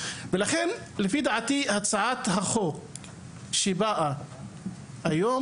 לכן לפי דעתי הצעת החוק שבאה היום,